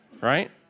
right